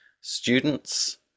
students